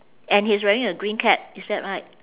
and he's wearing a green cap is that right